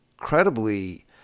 incredibly